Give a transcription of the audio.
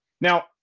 now